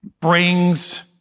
brings